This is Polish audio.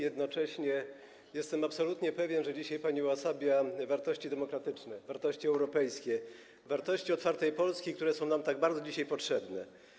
Jednocześnie jestem absolutnie pewien, że dzisiaj pani uosabia wartości demokratyczne, wartości europejskie, wartości otwartej Polski, które są nam tak bardzo dzisiaj potrzebne.